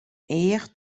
each